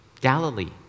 Galilee